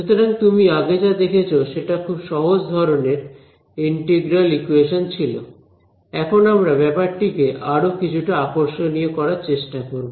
সুতরাং তুমি আগে যা দেখেছ সেটা খুব সহজ ধরনের ইন্টিগ্রাল ইকোয়েশন ছিল এখন আমরা ব্যাপারটিকে আরো কিছুটা আকর্ষণীয় করার চেষ্টা করব